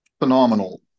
phenomenal